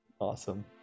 Awesome